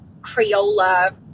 Crayola